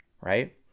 Right